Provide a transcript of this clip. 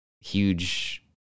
huge